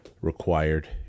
required